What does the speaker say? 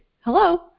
Hello